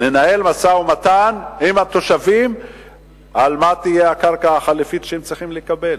לנהל משא-ומתן עם התושבים על הקרקע החליפית שהם צריכים לקבל.